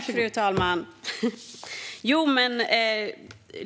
Fru talman!